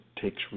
takes